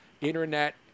Internet